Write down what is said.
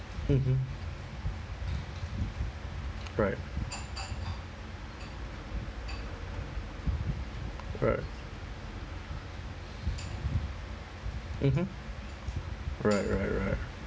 mmhmm right right mmhmm right right right